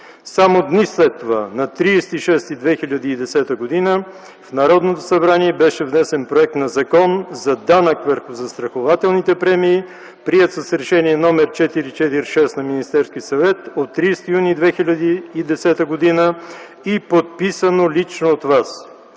Само дни след това, на 30.06.2010 г., в Народното събрание беше внесен проект на Закон за данък върху застрахователните премии, приет с Решение № 446 на Министерския съвет от 30 юни 2010 г., подписано лично от Вас.